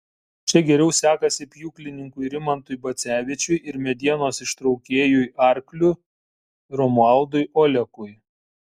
čia geriau sekasi pjūklininkui rimantui bacevičiui ir medienos ištraukėjui arkliu romualdui olekui